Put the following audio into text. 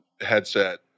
headset